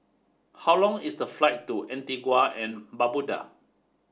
how long is the flight to Antigua and Barbuda